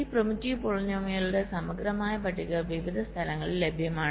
ഈ പ്രിമിറ്റീവ് പോളിനോമിയലുകളുടെ സമഗ്രമായ പട്ടിക വിവിധ സ്ഥലങ്ങളിൽ ലഭ്യമാണ്